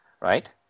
Right